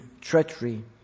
treachery